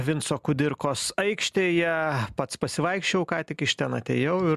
vinco kudirkos aikštėje pats pasivaikščiojau ką tik iš ten atėjau ir